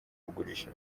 kugurisha